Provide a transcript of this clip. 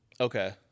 Okay